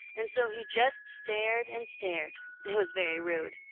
and so he just stared and stared. it was very rude.